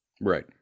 Right